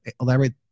elaborate